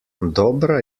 dobra